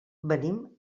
venim